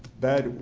that,